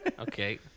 Okay